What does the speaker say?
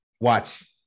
Watch